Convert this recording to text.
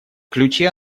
ключи